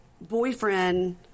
boyfriend